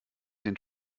den